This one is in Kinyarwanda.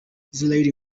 israel